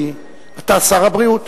כי אתה שר הבריאות.